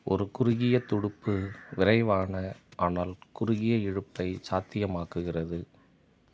ஒரு குறுகிய துடுப்பு விரைவான ஆனால் குறுகிய இழுப்பைச் சாத்தியமாக்குகிறது